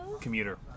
commuter